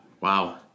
Wow